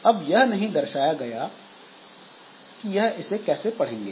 अब यह नहीं दर्शाया गया है कि यह इसे कैसे पढ़ेंगे